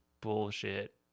bullshit